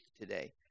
today